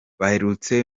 baherutse